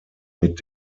mit